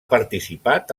participat